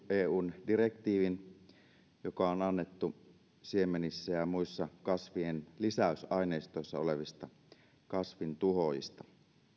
eun direktiivin joka on annettu siemenissä ja muissa kasvien lisäysaineistossa olevista kasvintuhoojista